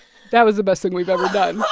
that was the best thing we've ever done